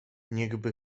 niechby